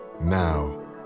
Now